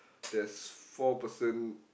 there's four person